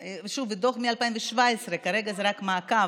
שוב, דוח מ-2017, כרגע זה רק מעקב.